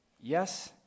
Yes